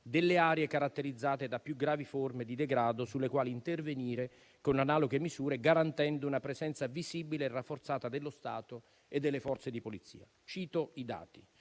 delle aree caratterizzate dalle più gravi forme di degrado, sulle quali intervenire con analoghe misure, garantendo una presenza visibile e rafforzata dello Stato e delle Forze di polizia. Cito i dati.